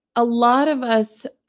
a lot of us,